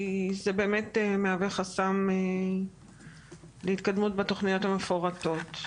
כי זה באמת מהווה חסם להתקדמות בתוכניות המפורטות.